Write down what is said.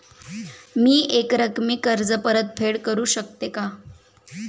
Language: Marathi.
मी एकरकमी कर्ज परतफेड करू शकते का?